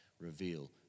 reveal